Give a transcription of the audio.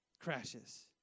crashes